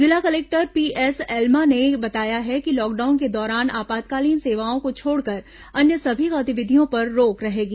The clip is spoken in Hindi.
जिला कलेक्टर पीसी एल्मा ने बताया कि लॉकडाउन के दौरान आपातकालीन सेवाओं को छोड़कर अन्य सभी गतिविधियों पर रोक रहेगी